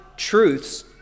Truths